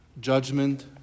judgment